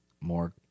more